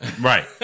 Right